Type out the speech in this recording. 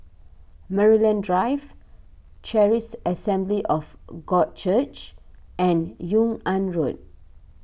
Maryland Drive Charis Assembly of God Church and Yung An Road